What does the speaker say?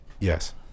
Yes